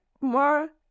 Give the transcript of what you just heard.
more